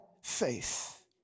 faith